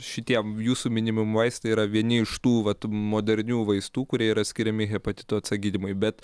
šitie jūsų minimi vaistai yra vieni iš tų vat modernių vaistų kurie yra skiriami hepatito c gydymui bet